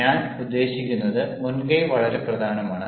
ഞാൻ ഉദ്ദേശിക്കുന്നത് മുൻകൈ വളരെ പ്രധാനമാണ്